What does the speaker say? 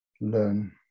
learn